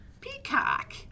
Peacock